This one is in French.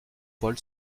paul